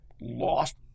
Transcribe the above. lost